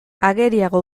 ageriago